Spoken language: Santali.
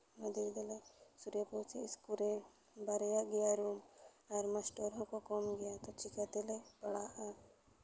ᱢᱟᱫᱽᱫᱷᱚᱢᱤᱠ ᱵᱤᱫᱽᱫᱟᱞᱚᱭ ᱥᱠᱩᱞ ᱨᱮ ᱵᱟᱨᱭᱟᱜ ᱜᱮᱭᱟ ᱨᱩᱢ ᱟᱨ ᱢᱟᱥᱴᱟᱨ ᱦᱚᱸᱠᱚ ᱠᱚᱢ ᱜᱮᱭᱟ ᱛᱳ ᱪᱤᱠᱟᱹ ᱛᱮᱞᱮ ᱯᱟᱲᱦᱟᱜᱼᱟ